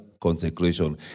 consecration